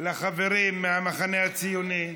לחברים מהמחנה הציוני.